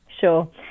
Sure